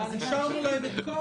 ונוכל להראות את זה,